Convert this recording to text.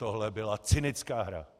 Tohle byla cynická hra.